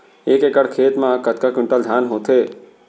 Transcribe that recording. एक एकड़ खेत मा कतका क्विंटल धान होथे?